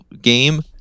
game